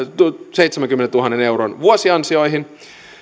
seitsemänkymmenentuhannen euron vuosiansioihin